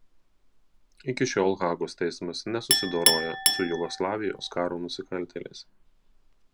iki šiol hagos teismas nesusidoroja su jugoslavijos karo nusikaltėliais